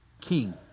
king